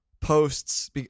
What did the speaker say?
posts